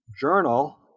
Journal